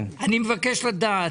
מבקש לדעת: